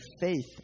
faith